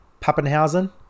Pappenhausen